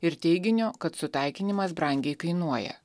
ir teiginio kad sutaikinimas brangiai kainuoja